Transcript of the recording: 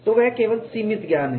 तो वह केवल सीमित ज्ञान है